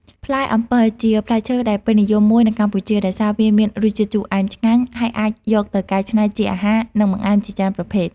ផ្លែអំពិល ជាផ្លែឈើដែលពេញនិយមមួយនៅកម្ពុជា ដោយសារវាមានរសជាតិជូរអែមឆ្ងាញ់ ហើយអាចយកទៅកែច្នៃជាអាហារ និងបង្អែមជាច្រើនប្រភេទ។